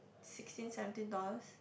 sixteen seventeen dollars